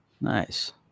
Nice